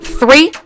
three